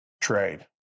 trade